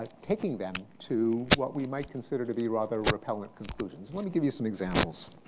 ah taking them to what we might consider to be rather repellent conclusions. let me give you some examples.